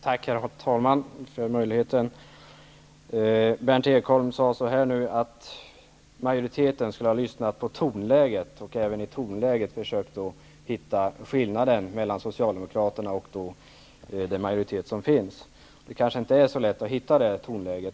Herr talman! Berndt Ekholm sade nu att majoriteten skulle ha lyssnat på tonläget och även i tonläget försökt att hitta skillnader mellan Socialdemokraterna och utskottsmajoriteten. Det kanske inte är så lätt att hitta detta tonläge.